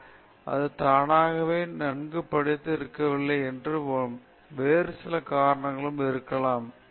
யாரோ மதிப்பெண்கள் அடையவில்லை என்றால் அவர் தானாகவே நன்கு படித்து இருக்கவில்லை என்று முடிவு செய்கிறோம் வேறு பல காரணங்களும் இருக்கலாம்